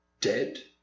Dead